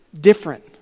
different